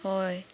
हय